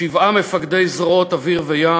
שבעה מפקדי זרועות אוויר וים